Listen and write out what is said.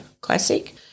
Classic